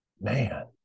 man